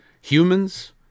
humans